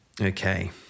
Okay